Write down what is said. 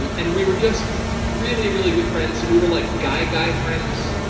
um and we were just really, really good friends. we were like guy-guy friends.